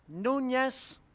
Núñez